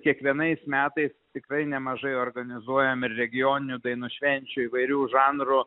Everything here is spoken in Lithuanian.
kiekvienais metais tikrai nemažai organizuojam ir regioninių dainų švenčių įvairių žanrų